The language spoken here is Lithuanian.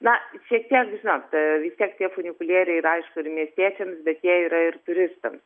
na šiek tiek žinot vis tiek tie funikulieriai ir aišku ir miestiečiams bet jie yra ir turistams